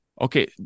Okay